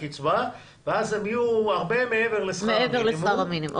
ואז הם יהיו הרבה מעבר לשכר המינימום.